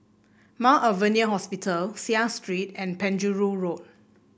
Mount Alvernia Hospital Seah Street and Penjuru Road